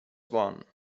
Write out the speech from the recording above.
one